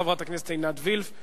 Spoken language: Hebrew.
חברת הכנסת עינת וילף.